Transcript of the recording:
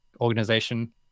organization